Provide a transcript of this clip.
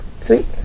see